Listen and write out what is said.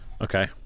Okay